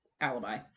alibi